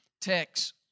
text